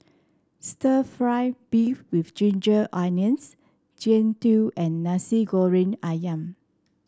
stir fry beef with Ginger Onions Jian Dui and Nasi Goreng ayam